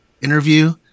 interview